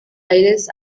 aires